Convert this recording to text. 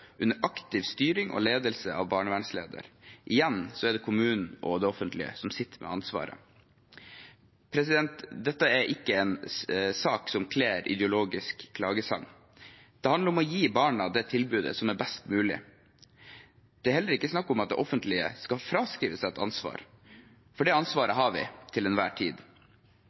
under aktiv styring og ledelse av barnevernslederen. Igjen er det kommunen og det offentlige som sitter med ansvaret. Dette er ikke en sak som kler ideologisk klagesang. Det handler om å gi barna det best mulige tilbudet. Det er heller ikke snakk om at det offentlige skal fraskrive seg et ansvar, for det ansvaret har vi til enhver tid.